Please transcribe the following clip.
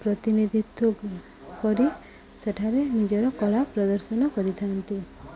ପ୍ରତିନିଧିତ୍ୱ କରି ସେଠାରେ ନିଜର କଳା ପ୍ରଦର୍ଶନ କରିଥାନ୍ତି